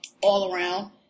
all-around